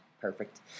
Perfect